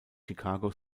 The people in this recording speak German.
chicago